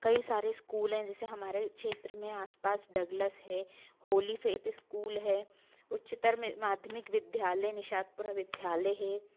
कई सारे स्कूल हैं जैसे हमारे क्षेत्र में आसपास डगलस है होलीफेत स्कूल है उच्चतर में माध्यमिक विद्यालय निशातपुर विद्यालय है